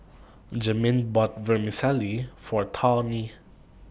Jamin bought Vermicelli For Tawny